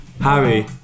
Harry